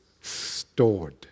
stored